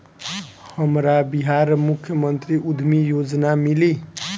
हमरा बिहार मुख्यमंत्री उद्यमी योजना मिली?